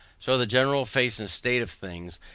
so the general face and state of things,